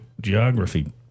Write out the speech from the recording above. geography